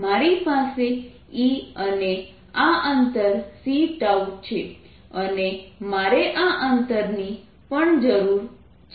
મારી પાસે E અને આ અંતર c છે અને મારે આ અંતરની પણ જરૂર છે